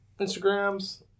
Instagrams